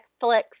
Netflix